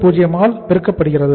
90 ஆல் பெருக்கப்படுகிறது